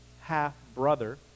half-brother